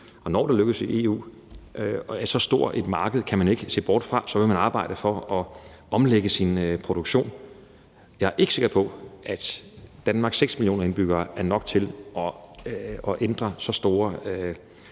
arbejde i EU lykkes. Så stort et marked kan man ikke se bort fra; så vil man arbejde for at omlægge sin produktion. Kl. 12:34 Jeg er ikke sikker på, at Danmarks 6 millioner indbyggere er nok til at ændre så store